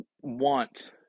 want